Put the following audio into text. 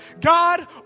God